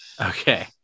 okay